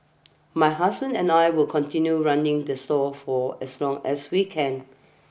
my husband and I will continue running the stall for as long as we can